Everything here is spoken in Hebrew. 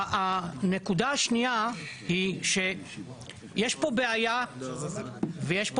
הנקודה השנייה היא שיש פה בעיה ויש פה